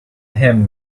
him